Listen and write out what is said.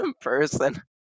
person